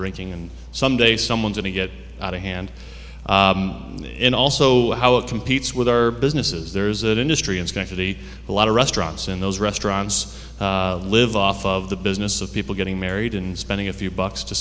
drinking and someday someone going to get out of hand in also how it competes with our businesses there's an industry in schenectady a lot of restaurants in those restaurants live off of the business of people getting married and spending a few bucks to